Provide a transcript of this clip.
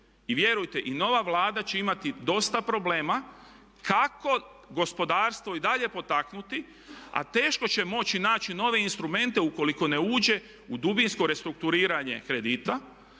i vjerujte i nova Vlada će imati dosta problema kako gospodarstvo i dalje potaknuti a teško će moći naći nove instrumente ukoliko ne uđe u dubinsko restrukturiranje kredita,